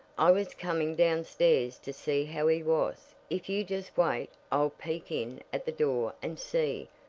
i was coming downstairs to see how he was. if you just wait i'll peek in at the door and see.